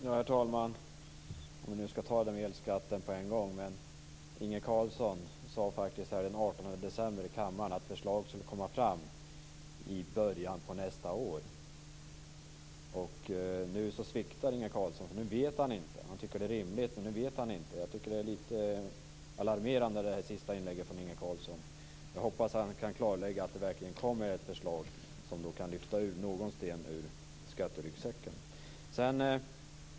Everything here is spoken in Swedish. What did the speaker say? Herr talman! Låt oss ta elskatten på en gång. Inge Carlsson sade faktiskt här den 18 december att förslag skulle komma fram i början på nästa år. Nu sviktar Inge Carlsson. Nu vet han inte, men han tycker att det är rimligt. Jag tycker att det senaste inlägget var alarmerande. Jag hoppas att han verkligen kan klarlägga att det verkligen kommer förslag som kan lyfta ut någon sten ur skatteryggsäcken.